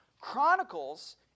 Chronicles